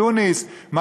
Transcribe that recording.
מתוניסיה?